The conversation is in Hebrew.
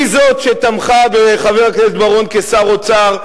היא זאת שתמכה בחבר הכנסת בר-און כשר האוצר,